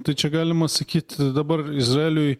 tai čia galima sakyt dabar izraeliui